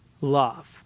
love